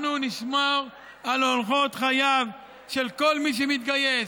אנחנו נשמור על אורחות חייו של כל מי שמתגייס,